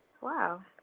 Wow